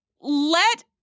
let